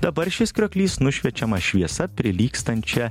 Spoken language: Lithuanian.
dabar šis krioklys nušviečiamas šviesa prilygstančia